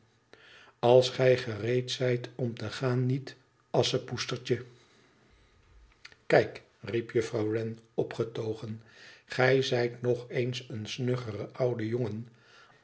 als gij gereed zijt om te gaan niet asschepoetstertje kijkt riep juffrouw wren opgetogen gij zijt nog eens een snuggere oude jongen